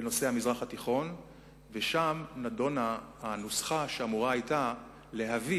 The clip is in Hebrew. לענייני המזרח התיכון ושם נדונה הנוסחה שאמורה היתה להביא